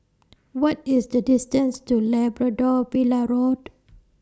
What IS The distance to Labrador Villa Road